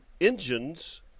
engines